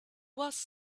was